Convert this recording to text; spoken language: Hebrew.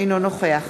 אינו נוכח